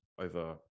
over